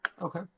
Okay